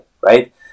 right